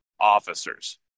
Officers